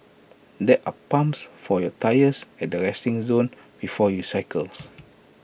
there are pumps for your tyres at the resting zone before you cycles